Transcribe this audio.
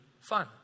fun